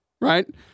right